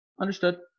understood